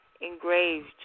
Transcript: engraved